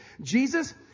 Jesus